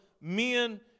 men